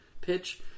pitch